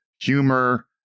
humor